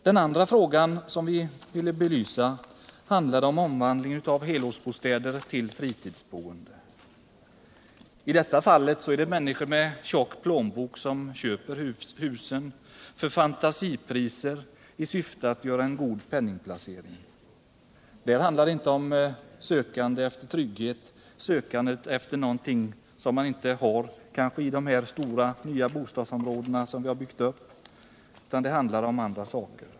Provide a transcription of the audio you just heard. Den andra fråga som vi ville belysa handlade om omvandlingen av helårsbostäder till fritidsbostäder. I detta fall gäller det människor med tjocka plånböcker som köper husen för fantasipriser i syfte att göra goda penningplaceringar. Där handlar det inte om sökande efter trygghet, sökande efter någonting som inte finns i de stora nya bostadsområden som byggts, utan det handlar om andra saker.